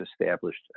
established